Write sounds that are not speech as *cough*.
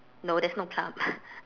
no there's no plum *breath*